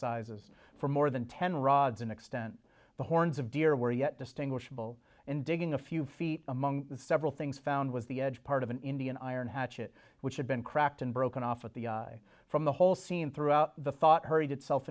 sizes for more than ten rods in extent the horns of deer were yet distinguishable in digging a few feet among several things found was the edge part of an indian iron hatchet which had been cracked and broken off at the from the whole scene throughout the thought hurried itself